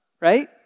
right